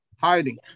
hiding